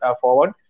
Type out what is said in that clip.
forward